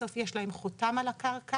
בסוף יש להם חותם על הקרקע,